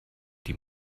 die